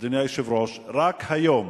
אדוני היושב-ראש, רק היום